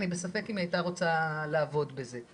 אני בספק אם היא הייתה רוצה לעבוד בזה,